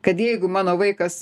kad jeigu mano vaikas